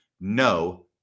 no